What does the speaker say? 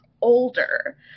older